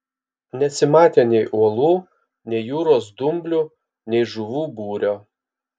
nesimatė nei uolų nei jūros dumblių nei žuvų būrio